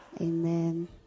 amen